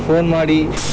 phone ಮಾಡಿ